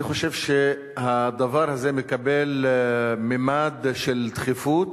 אני חושב שהדבר הזה מקבל ממד של דחיפות